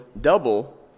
double